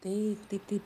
taip taip taip